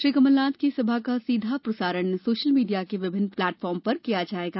श्री कमलनाथ की इस सभा का सीधा प्रसारण सोशल मीडिया के विभिन्न प्लेटफार्म के जरिए किया जाएगा